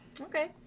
Okay